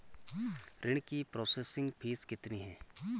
ऋण की processing fee कितनी है?